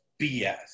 bs